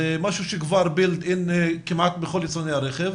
זה משהו שכבר בִּילְד אִין כמעט אצל כל יצרני הרכב,